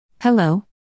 Hello